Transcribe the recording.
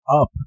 up